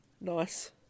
Nice